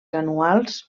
anuals